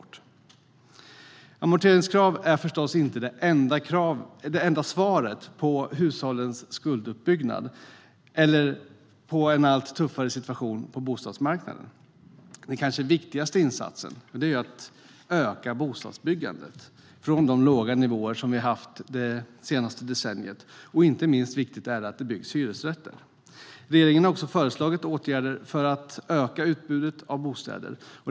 Amoreringskrav är förstås inte det enda svaret på hushållens skulduppbyggnad och en allt tuffare situation på bostadsmarknaden. Den kanske viktigaste insatsen är att öka bostadsbyggandet från de låga nivåer som vi har haft det senaste decenniet. Inte minst viktigt är att det byggs hyresrätter. Regeringen har också föreslagit åtgärder för att öka utbudet av bostäder.